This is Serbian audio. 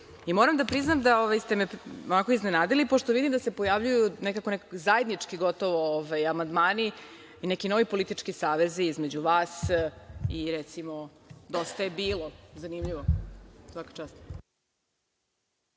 neće. Moram da priznam da ste me iznenadili pošto vidim da se pojavljuju zajednički gotovo amandmani i neki novi politički savezi između vas i recimo Dosta je bilo, zanimljivo. **Veroljub